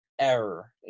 error